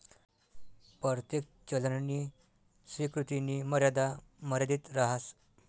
परतेक चलननी स्वीकृतीनी मर्यादा मर्यादित रहास